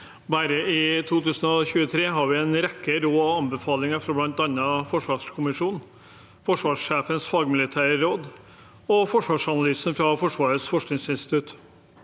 Bare i 2023 har vi fått en rekke råd og anbefalinger fra bl.a. forsvarskommisjonen, forsvarssjefens fagmilitære råd og Forsvarsanalysen 2023 fra Forsvarets forskningsinstitutt